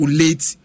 late